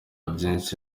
byinshi